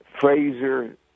Fraser